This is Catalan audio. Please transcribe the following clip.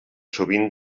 sovint